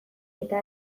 eta